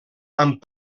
amb